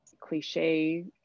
cliche